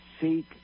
seek